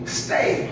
stay